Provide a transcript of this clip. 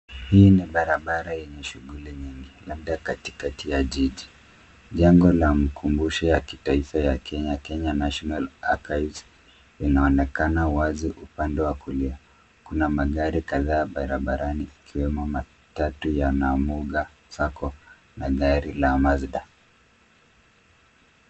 Hii ni barabara yenye shughuli nyingi, labda katikati ya jiji. Jengo la mkumbusho ya kitaifa ya kenya Kenya National Archives inaonekana wazi upande wa kulia. Kuna magari kadhaa barabarani ikiwemo matatu ya Namuga Sacco na gari la Mazda.